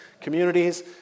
communities